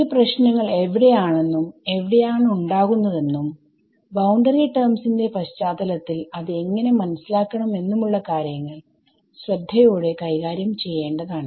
ഈ പ്രശ്നങ്ങൾ എവിടെ ആണെന്നും എവിടെയാണ് ഉണ്ടാകുന്നതെന്നും ബൌണ്ടറി ടെർമിന്റെ പശ്ചാത്തലത്തിൽ അത് എങ്ങനെ മനസ്സിലാക്കണം എന്നുമുള്ള കാര്യങ്ങൾ ശ്രദ്ധയോടെ കൈകാര്യം ചെയ്യേണ്ടതാണ്